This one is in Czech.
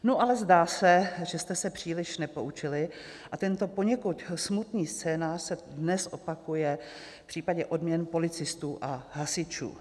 Nu ale zdá se, že jste se příliš nepoučili, a tento poněkud smutný scénář se dnes opakuje v případě odměn policistů a hasičů.